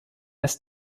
ist